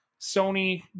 Sony